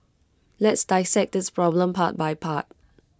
let's dissect this problem part by part